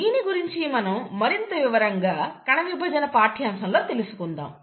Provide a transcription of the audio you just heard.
దీని గురించి మనం మరింత వివరంగా కణవిభజన పాఠ్యాంశంలో తెలుసుకుందాము